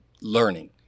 learning